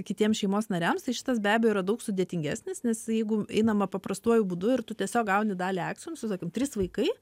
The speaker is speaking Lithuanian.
kitiems šeimos nariams tai šitas be abejo yra daug sudėtingesnis nes jeigu einama paprastuoju būdu ir tu tiesiog gauni dalį akcijų nu įsivaizduokim trys vaikai